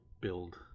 build